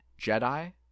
Jedi